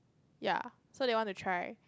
ya so they want to try